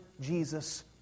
Jesus